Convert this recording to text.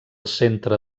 centre